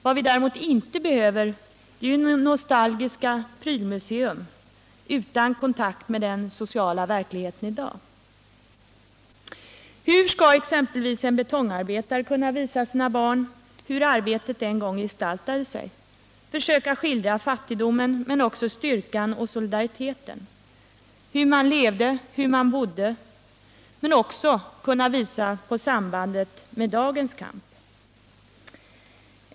Vad vi däremot inte behöver är ett nostalgiskt prylmuseum utan kontakt med den sociala verkligheten i dag. Hur skall exempelvis en betongarbetare kunna visa sina barn hur arbetet en gång gestaltade sig — försöka skildra fattigdomen men också styrkan och solidariteten, hur man levde och hur man bodde — men också kunna visa på sambandet med dagens kamp?